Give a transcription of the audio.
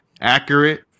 accurate